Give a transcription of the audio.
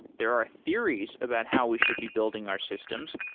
there are theories about how we should be building our systems,